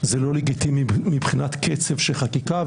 זה לא לגיטימי מבחינת קצב של חקיקה,